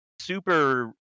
super